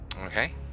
Okay